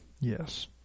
Yes